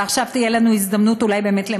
ועכשיו תהיה לנו אולי הזדמנות לממש.